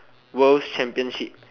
world championships